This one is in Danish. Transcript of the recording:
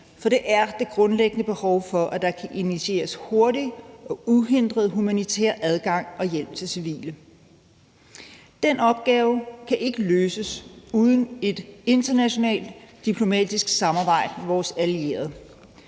For det er det grundlæggende kriterium for, at der kan initieres hurtig og uhindret humanitær adgang og hjælp til civile. Den opgave kan ikke løses uden et internationalt diplomatisk samarbejde med vores allierede.